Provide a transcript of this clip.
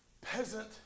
peasant